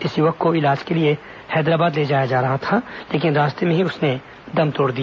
इस युवक को उपचार के लिए हैदराबाद ले जाया जा रहा था लेकिन रास्ते में ही इसने दम तोड़ दिया